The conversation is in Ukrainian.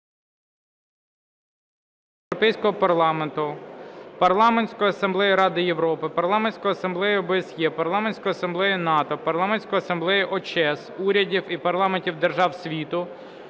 Парламентської Асамблеї Ради Європи, Парламентської Асамблеї ОБСЄ, Парламентської Асамблеї НАТО, Парламентської Асамблеї ОЧЕС, урядів і парламентів держав світу